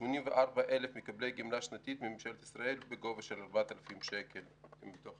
84,000 מקבלי גמלה שנתית מממשלת ישראל בגובה של 4,000 שקל מתוך